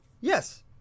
Yes